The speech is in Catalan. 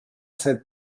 set